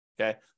okay